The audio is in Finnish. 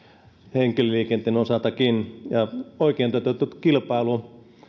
henkilöliikenteen osaltakin ja oikein toteutettu kilpailu